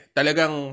Talagang